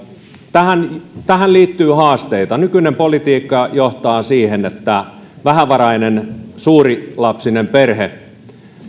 tähän tähän liittyy haasteita nykyinen politiikka johtaa siihen että vähävarainen suurilapsinen perhe